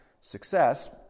success